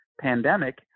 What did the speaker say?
pandemic